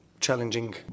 challenging